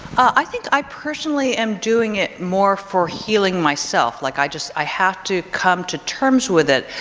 i think i personally am doing it more for healing myself. like i just i have to come to terms with it,